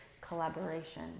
collaboration